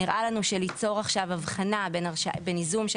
נראה לנו שליצור עכשיו הבחנה בין ייזום של